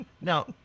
Now